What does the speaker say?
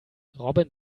robin